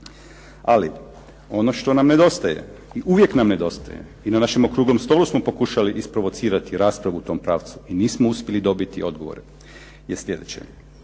Ali ono što nam nedostaje i uvijek nam nedostaje i na našem okruglom stolu smo pokušali isprovocirati raspravu u tom pravcu i nismo uspjeli dobiti odgovore, je slijedeće.